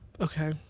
Okay